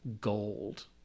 gold